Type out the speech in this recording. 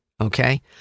okay